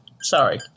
Sorry